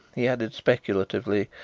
he added speculatively,